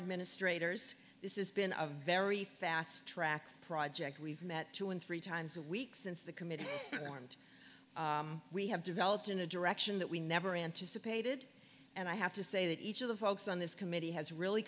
administrators this is been a very fast track project we've met two and three times a week since the committee formed we have developed in a direction that we never anticipated and i have to say that each of the folks on this committee has really